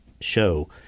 show